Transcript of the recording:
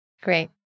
Great